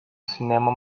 cinema